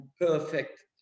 perfect